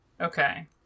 Okay